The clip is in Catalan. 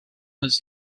els